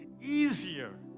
easier